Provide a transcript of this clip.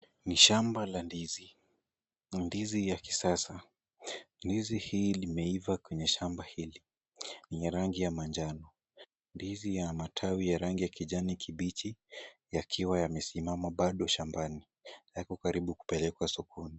Ni shamba la ndizi, na ndizi ya kisasa. Ndizi hii imeiva kwenye shamba hili, ni ya rangi ya manjano. Ndizi ya matawi ya rangi ya kijani kibichi yakiwa yamesimama bado shambani, yako karibu kupelekwa sokoni.